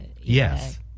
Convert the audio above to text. Yes